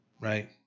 Right